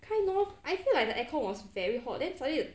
kind of I feel like the aircon was very hot then suddenly